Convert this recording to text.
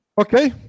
Okay